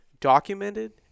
documented